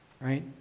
right